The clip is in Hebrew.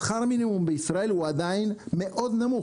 שכר המינימום בישראל הוא עדיין מאוד נמוך,